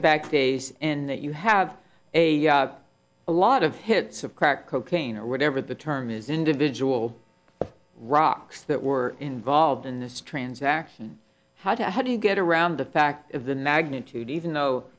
to back days and that you have a lot of hits of crack cocaine or whatever the term is individual rocks that were involved in this transaction how to how do you get around the fact of the magnitude even though